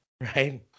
right